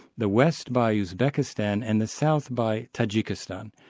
the west by uzbekistan and the south by tajikistan.